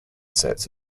sets